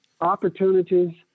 opportunities